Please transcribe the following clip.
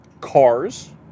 cars